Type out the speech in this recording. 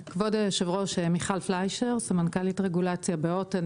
אני סמנכ"לית רגולציה בהוט.